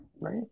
Right